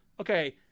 okay